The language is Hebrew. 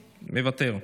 מוותר,